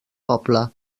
poble